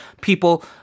people